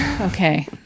okay